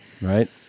right